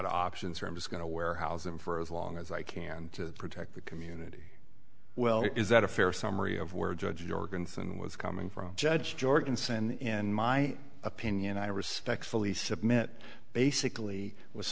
of options or i'm just going to warehouse them for as long as i can to protect the community well is that a fair summary of where judge organs and was coming from judge jorgensen in my opinion i respectfully submit basically was